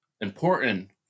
important